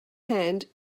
hand